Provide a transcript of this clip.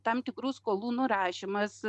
tam tikrų skolų nurašymas